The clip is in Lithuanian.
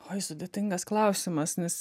oj tai sudėtingas klausimas nes